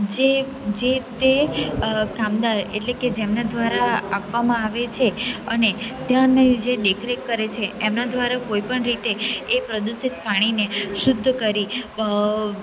જે જે તે કામદાર એટલે કે જેમના દ્વારા આપવામાં આવે છે અને ત્યાંની જે દેખરેખ કરે છે એમના દ્વારા કોઈપણ રીતે એ પ્રદૂષિત પાણીને શુદ્ધ કરી